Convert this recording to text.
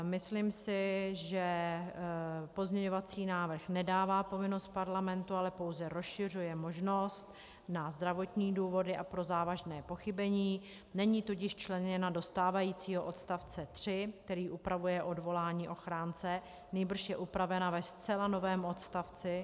Myslím si, že pozměňovací návrh nedává povinnost parlamentu, ale pouze rozšiřuje možnost na zdravotní důvody a pro závažné pochybení, není tudíž včleněna do stávajícího odstavce 3, který upravuje odvolání ochránce, nýbrž je upravena ve zcela novém odstavci.